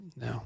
no